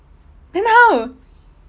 then how